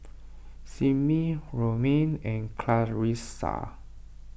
Simmie Romaine and Clarissa